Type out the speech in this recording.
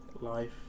Life